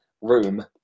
room